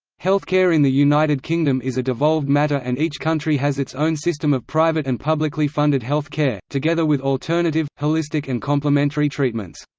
healthcare in the united kingdom is a devolved matter and each country has its own system of private and publicly funded health care, together with alternative, holistic and complementary treatments.